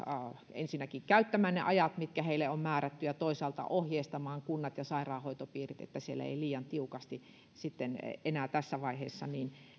ensinnäkin käyttämään ne ajat mitkä heille on määrätty ja toisaalta ohjeistamaan kunnat ja sairaanhoitopiirit että siellä ei liian tiukasti enää tässä vaiheessa